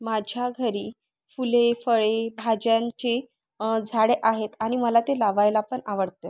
माझ्या घरी फुले फळे भाज्यांची झाडे आहेत आणि मला ते लावायला पण आवडते